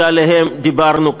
שעליהן דיברנו כאן.